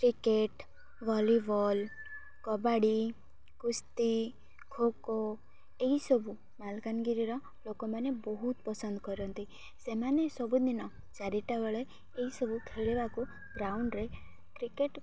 cricket volleyball kabaddi କୁସ୍ତି ଖୋଖୋ ଏହିସବୁ ମାଲକାନଗିରିର ଲୋକମାନେ ବହୁତ ପସନ୍ଦ କରନ୍ତି ସେମାନେ ସବୁଦିନ ଚାରିଟା ବେଳେ ଏଇସବୁ ଖେଳିବାକୁ ଗ୍ରାଉଣ୍ଡରେ କ୍ରିକେଟ